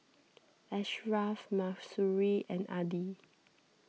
Ashraff Mahsuri and Adi